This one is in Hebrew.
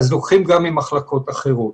אז לוקחים גם ממחלקות אחרות.